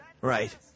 Right